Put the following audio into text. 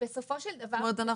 זאת אומרת,